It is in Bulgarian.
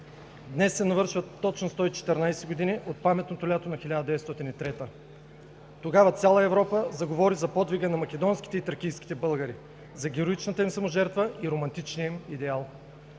Днес се навършват точно 114 години от паметното лято на 1903 г. Тогава цяла Европа заговори за подвига на македонските и тракийските българи, за героичната им саможертва и романтичния им идеал.